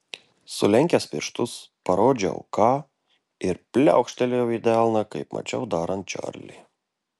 sulenkęs pirštus parodžiau k ir pliaukštelėjau į delną kaip mačiau darant čarlį